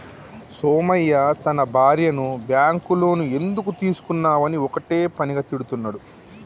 సోమయ్య తన భార్యను bank loan ఎందుకు తీసుకున్నవని ఒక్కటే పనిగా తిడుతున్నడు